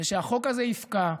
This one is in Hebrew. ושהחוק הזה יפקע,